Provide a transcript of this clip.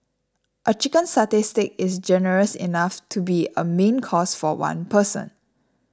a Chicken Satay Stick is generous enough to be a main course for one person